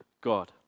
God